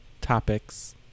topics